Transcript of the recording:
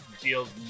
deals